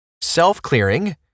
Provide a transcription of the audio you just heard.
Self-clearing